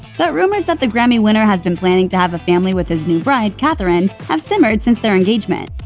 but rumors that the grammy winner has been planning to have a family with his new bride, katharine, have simmered since their engagement.